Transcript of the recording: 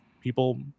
people